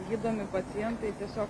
gydomi pacientai tiesiog